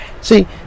See